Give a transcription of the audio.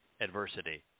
adversity